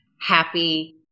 happy